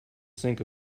sink